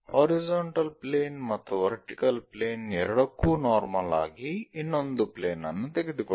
horizontal plane ಮತ್ತು vertical plane ಎರಡಕ್ಕೂ normal ಆಗಿ ಇನ್ನೊಂದು ಪ್ಲೇನ್ ಅನ್ನು ತೆಗೆದುಕೊಳ್ಳಿ